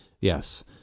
Yes